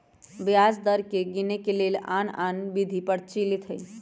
ब्याज दर खतरा के गिनेए के लेल आन आन विधि प्रचलित हइ